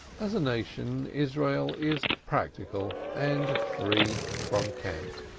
as a nation, israel is practical and free from cant.